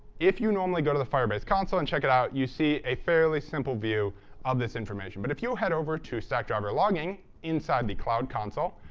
if you normally go to the firebase console and check it out you see a fairly simple view of this information. but if you head over to stackdriver logging inside the cloud console,